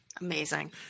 Amazing